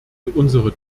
unsere